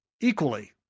Equally